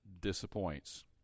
disappoints